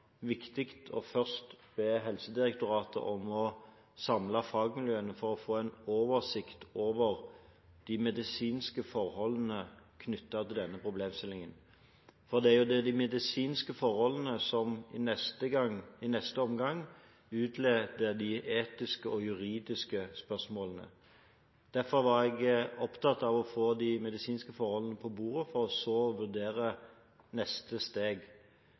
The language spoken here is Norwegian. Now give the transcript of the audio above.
viktig først å be Helsedirektoratet om å samle fagmiljøene for å få en oversikt over de medisinske forholdene knyttet til denne problemstillingen. Det er jo de medisinske forholdene som i neste omgang utløser de etiske og juridiske spørsmålene. Derfor var jeg opptatt av å få de medisinske forholdene på bordet, for så å vurdere neste steg.